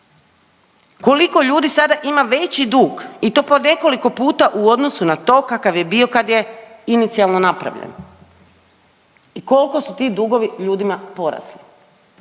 koliko ljudi sada ima veći dug i to po nekoliko puta u odnosu na to kakav je bio kad je inicijalno napravljen i kolko su ti dugovi ljudima porasli